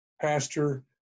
pastor